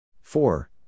four